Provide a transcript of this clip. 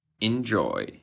Enjoy